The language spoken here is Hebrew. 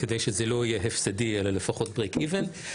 כדי שזה לא יהיה הפסדי אלא לפחות break even,